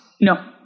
No